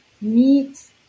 meat